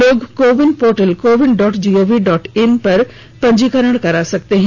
लोग CoWIN portal CoWIN dot G O V dot I N पर पंजीकरण करा सकते हैं